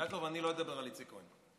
יעקב, אני לא אדבר על איציק כהן.